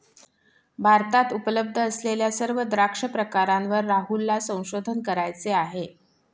भारतात उपलब्ध असलेल्या सर्व द्राक्ष प्रकारांवर राहुलला संशोधन करायचे आहे